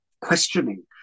questioning